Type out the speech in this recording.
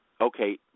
okay